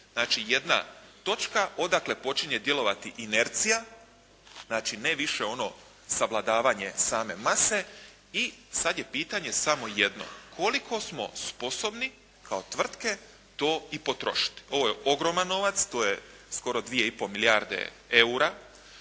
jedna točka odakle počinje djelovati inercija, znači ne više ono savladavanje same mase i sada je pitanje samo jedno, koliko smo sposobni kao tvrtke to i potrošiti. Ovo je ogroman novac, to je skoro 2,5 milijarde eura.